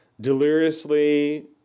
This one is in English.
deliriously